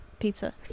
Pizza